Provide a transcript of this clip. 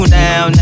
now